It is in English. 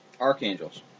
Archangels